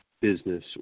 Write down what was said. business